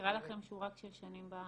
מזכירה לכם שהוא רק שש שנים בארץ.